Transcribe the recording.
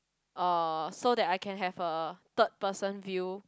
uh so that I can have a third person view